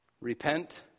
repent